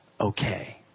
okay